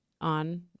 on